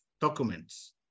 documents